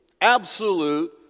absolute